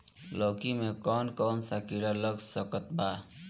लौकी मे कौन कौन सा कीड़ा लग सकता बा?